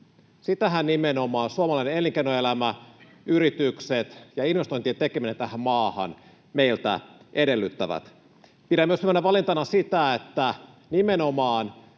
Sitähän nimenomaan suomalainen elinkeinoelämä, yritykset ja investointien tekeminen tähän maahan meiltä edellyttävät. Pidän myös hyvänä valintana sitä, että nimenomaan